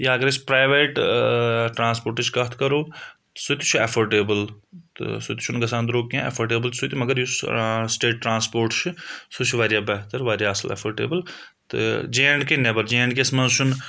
یا اگَر أسۍ پرایویٹ ٹرانسپوٹٕچ کتھ کَرو سُہ تہِ چھُ ایفوڈیبل تہٕ سُہ تہِ چھُنہٕ گَژھان درٛوگ کینٛہہ ایٚفوڈیبل چھُ سُہ تہِ مگر یُس سٹیٹ ٹرانسپوٹ چھُ سُہ چھُ واریاہ بہتر واریاہ اَصل ایٚفوڈیبل تہٕ J and K number J and K case چھُنہٕ